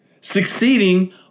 succeeding